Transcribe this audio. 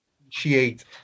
appreciate